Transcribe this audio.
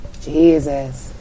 Jesus